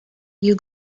you